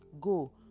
Go